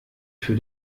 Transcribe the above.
für